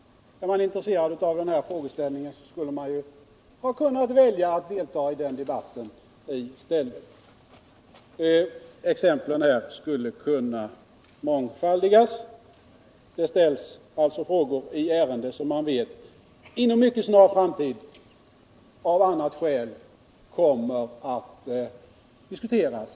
Den som är intresserad av den fråga det gäller kan ju i stället välja att delta i den redan annonserade debatten. Exemplen skulle kunna mångfaldigas. Det ställs alltså frågor i ärenden som man vet inom en snar framtid kommer att diskuteras i kammaren av annat skäl.